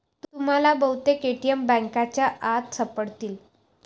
तुम्हाला बहुतेक ए.टी.एम बँकांच्या आत सापडतील